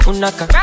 Unaka